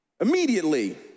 Immediately